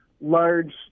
large